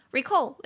Recall